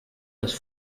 les